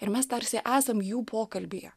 ir mes tarsi esam jų pokalbyje